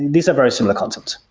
these are very similar concepts.